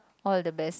all the best